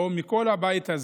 או מכל הבית הזה,